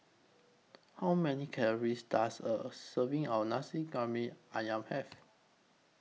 How Many Calories Does A Serving of Nasi Briyani Ayam Have